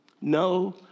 No